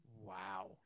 Wow